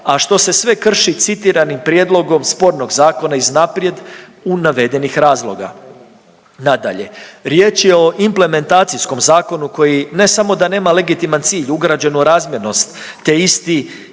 a što se sve krši citiranim prijedlogom spornog zakona iz naprijed u navedenih razloga. Nadalje, riječ je o implementacijskom zakonu koji ne samo da nema legitiman cilj, ugrađenu razmjernost te isti ispod